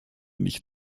nicht